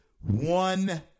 one